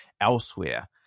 elsewhere